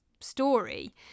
story